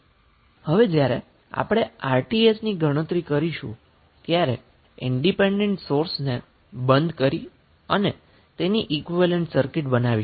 હવે જ્યારે આપણે Rth ની ગણતરી કરીશું ત્યારે ઈન્ડીપેન્ડન્ટ સોર્સને બંધ કરી અને તેની ઈક્વીવેલેન્ટ સર્કિટ બનાવીશું